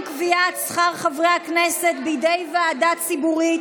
קביעת שכר חברי הכנסת בידי ועדה ציבורית),